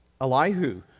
Elihu